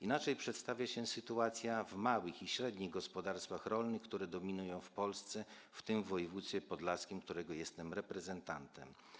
Inaczej przedstawia się sytuacja małych i średnich gospodarstw rolnych, które dominują w Polsce, w tym w województwie podlaskim, którego jestem reprezentantem.